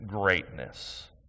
greatness